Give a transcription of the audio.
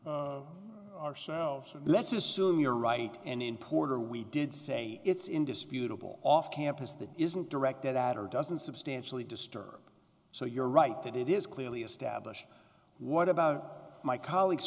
it ourselves and let's assume you're right and in puerto we did say it's indisputable off campus that isn't directed at or doesn't substantially disturb so you're right that it is clearly established what about my colleagues